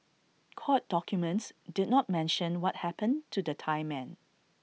court documents did not mention what happened to the Thai men